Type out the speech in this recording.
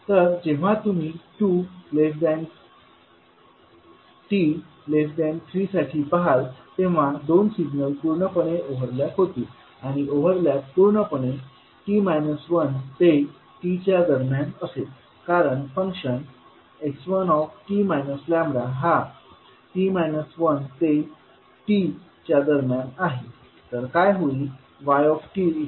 तर जेव्हा तुम्ही2t3साठी पहाल तेव्हा दोन सिग्नल पूर्णपणे ओव्हरलॅप होतील आणि ओवरलॅप पूर्णपणे ते t च्या दरम्यान असेल कारण फंक्शन x1 हा ते t च्या दरम्यान आहे